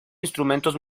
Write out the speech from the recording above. instrumentos